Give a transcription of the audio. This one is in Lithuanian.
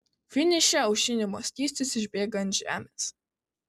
finiše aušinimo skystis išbėga ant žemės